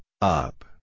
Up